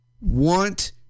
want